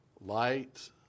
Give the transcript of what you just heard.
light